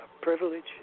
privilege